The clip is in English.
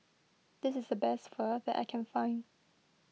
this is the best Pho that I can find